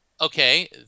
Okay